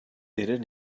eren